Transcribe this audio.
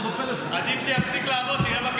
אתה בטלפון.